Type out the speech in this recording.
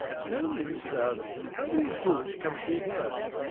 tell me, mrs. alving, how do these books come to be here?